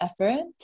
effort